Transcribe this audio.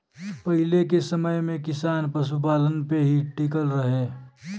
पहिले के समय में किसान पशुपालन पे ही टिकल रहे